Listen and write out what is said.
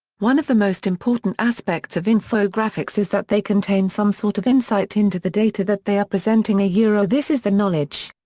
one of the most important aspects of infographics is that they contain some sort of insight into the data that they are presenting ah ah this is the knowledge.